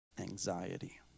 anxiety